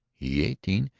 he eighteen.